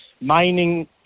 mining